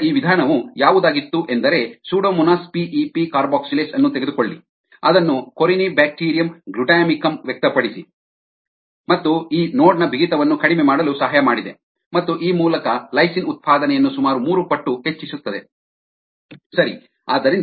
ಆದ್ದರಿಂದ ಈ ವಿಧಾನವು ಯಾವುದಾಗಿತ್ತು ಎಂದರೆ Pseudomonas P E P carboxylase ಅನ್ನು ತೆಗೆದುಕೊಳ್ಳಿ ಅದನ್ನು ಕೊರಿನೆಬ್ಯಾಕ್ಟೀರಿಯಂ ಗ್ಲುಟಾಮಿಕಮ್ನಲ್ಲಿ ವ್ಯಕ್ತಪಡಿಸಿ ಮತ್ತು ಅದು ಈ ನೋಡ್ನ ಬಿಗಿತವನ್ನು ಕಡಿಮೆ ಮಾಡಲು ಸಹಾಯ ಮಾಡಿದೆ ಮತ್ತು ಆ ಮೂಲಕ ಲೈಸಿನ್ ಉತ್ಪಾದನೆಯನ್ನು ಸುಮಾರು ಮೂರು ಪಟ್ಟು ಹೆಚ್ಚಿಸುತ್ತದೆ ಸರಿ